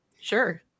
sure